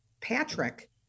patrick